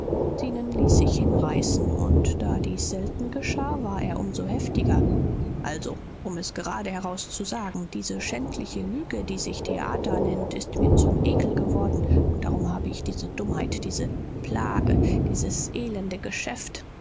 zenon ließ sich hinreißen und da dies selten geschah war er um so heftiger also um es gerade herauszusagen diese schändliche lüge die sich theater nennt ist mir zum ekel geworden und darum habe ich diese dummheit diese blague dieses elende geschäft